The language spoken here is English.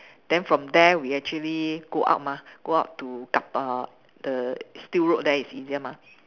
then from there we actually go out mah go out to the still road there is easier mah